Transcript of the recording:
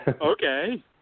Okay